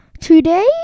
today